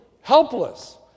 helpless